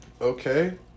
Okay